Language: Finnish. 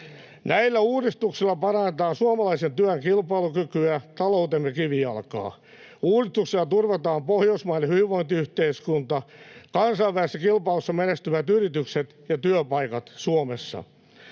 Näillä uudistuksilla parannetaan suomalaisen työn kilpailukykyä, taloutemme kivijalkaa. Uudistuksilla turvataan pohjoismainen hyvinvointiyhteiskunta, kansainvälisessä kilpailussa menestyvät yritykset ja työpaikat Suomessa.